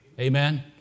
amen